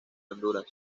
honduras